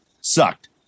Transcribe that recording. sucked